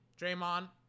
Draymond